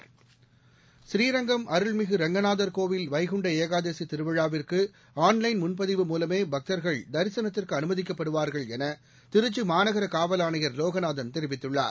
பூர்ரங்கம் அருள்மிகு ரங்கநாதர் கோவில் வைகுண்ட ஏகாதசி திருவிழாவிற்கு ஆன் லைன் முன்பதிவு மூலமே பக்தர்கள் தரிசனத்திற்கு அனுப்பி வைக்கப்படுவார்கள் என திருச்சி மாநகர காவல் ஆணையர் லோகநாதன் தெரிவித்துள்ளார்